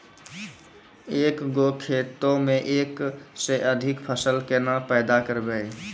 एक गो खेतो मे एक से अधिक फसल केना पैदा करबै?